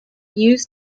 used